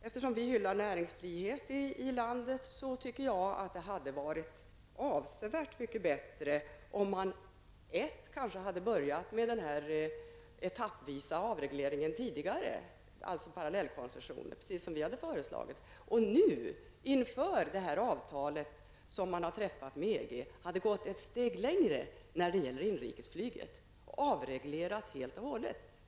Eftersom vi hyllar näringsfrihet i landet, tycker jag att det hade varit avsevärt mycket bättre om man för det första hade börjat med den etappvisa avregleringen tidigare, alltså med parallellkoncessionen såsom vi hade föreslagit, och för det andra nu inför det avtal som har träffats med EG hade gått ett steg längre när det gäller inrikesflyget och avreglerat helt och hållet.